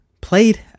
played